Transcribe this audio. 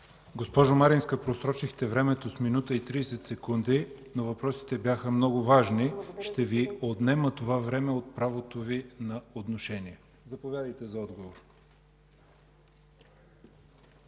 Госпожо Маринска, просрочихте времето с минута и 30 секунди, но въпросите бяха много важни. Ще Ви отнема това време от правото Ви на отношение. Заповядайте за отговор.